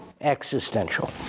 existential